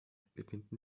befinden